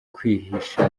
kwihisha